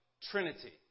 Trinity